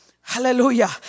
Hallelujah